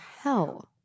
hell